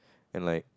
and like